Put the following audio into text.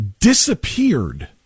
disappeared